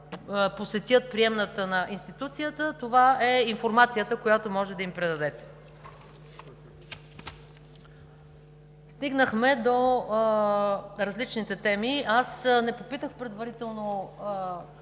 посетят приемната на институцията, това е информацията, която може да им предадете. Стигнахме до различните теми. Аз не попитах предварително